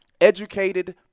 educated